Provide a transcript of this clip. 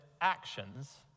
actions